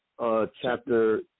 chapter